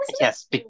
yes